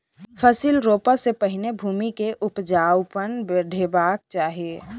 फसिल रोपअ सॅ पहिने भूमि के उपजाऊपन बढ़ेबाक चाही